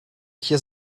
hier